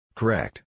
Correct